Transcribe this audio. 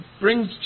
brings